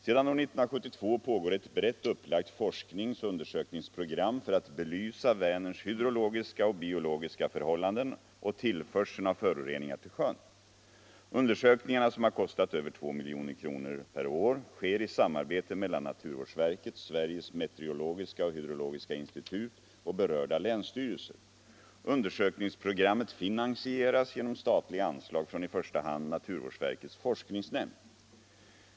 Sedan år 1972 pågår ett brett upplagt forskningsoch undersökningsprogram för att belysa Vänerns hydrologiska och biologiska förhållanden och tillförseln av föroreningar till sjön. Undersökningarna, som har kostat över 2 milj.kr./år, sker i samarbete mellan naturvårdsverket, Sveriges meteorologiska och hydrologiska institut och berörda länsstyrelser. Undersökningsprogrammet finansieras genom statliga anslag från i första hand naturvårdsverkets forskningsnämnd.